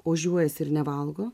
ožiuojasi ir nevalgo